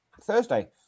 Thursday